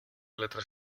letras